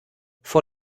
vor